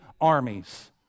armies